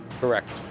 Correct